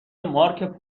مارک